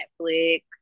Netflix